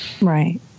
Right